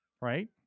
Right